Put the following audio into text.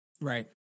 Right